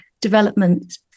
development